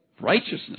righteousness